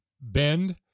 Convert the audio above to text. Bend